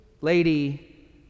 Lady